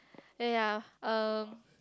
ya ya uh